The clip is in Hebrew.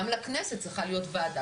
גם לכנסת צריכה להיות ועדה